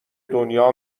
دنیا